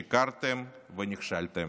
שיקרתם ונכשלתם.